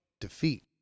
defeat